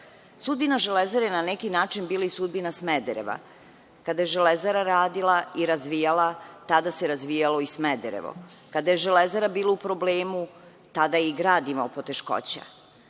region. Sudbina Železare je na neki način i bila sudbina Smedereva. Kada je Železara radila i razvijala se, tada se razvijalo i Smederevo. Kada je Železara bila u problemu tada je i grad imao poteškoća.